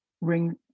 ring